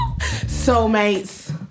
Soulmates